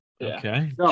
Okay